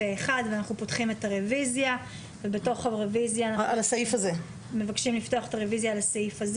הצבעה הרביזיה אושרה אנחנו מבקשים לפתוח את הרביזיה על הסעיף הזה